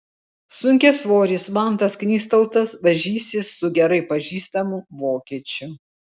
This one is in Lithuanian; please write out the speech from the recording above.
sunkiasvoris mantas knystautas varžysis su gerai pažįstamu vokiečiu